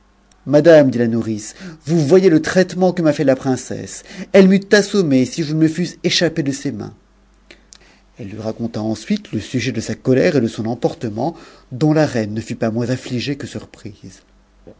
madame dit la nourrice vous voyez le traitement que m'a fait la inccsse elle m'eût assommée si je ne me fusse échappée de ses mains i p ui raconta ensuite le sujet de sa colère et de son emportement dont reine ne fut pas moins amigée que surprise